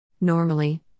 Normally